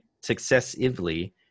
successively